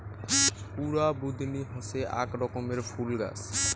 কুরা বুদনি হসে আক রকমের ফুল গাছ